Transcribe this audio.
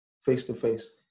face-to-face